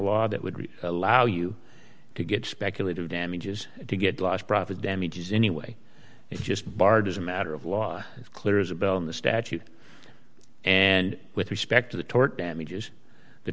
law that would allow you to get speculative damages to get lost profit damages anyway it's just barred as a matter of law it's clear as a bell in the statute and with respect to the tort damages the